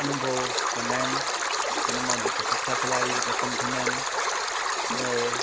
अनुभव कंदा आहिनि हुन मां जेके सुठा खिलाड़ी पसंदि थींदा आहिनि हुन खे